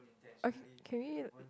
okay can we